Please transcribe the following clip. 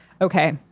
Okay